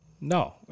No